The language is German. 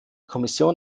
kommission